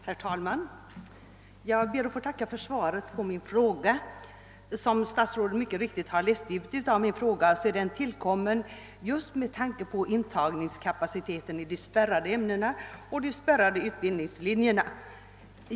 Herr talman! Jag ber att få tacka för svaret. Som statsrådet mycket riktigt har läst ut av min fråga är den tillkommen just med tanke på intagningskapaciteten i de spärrade ämnena och på de spärrade utbildningslinjerna.